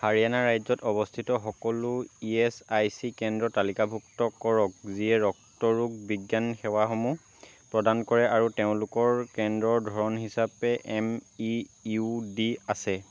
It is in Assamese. হাৰিয়ানা ৰাজ্যত অৱস্থিত সকলো ই এছ আই চি কেন্দ্ৰ তালিকাভুক্ত কৰক যিয়ে ৰক্তৰোগ বিজ্ঞান সেৱাসমূহ প্ৰদান কৰে আৰু তেওঁলোকৰ কেন্দ্ৰৰ ধৰণ হিচাপে এম ই ইউ ডি আছে